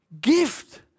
Gift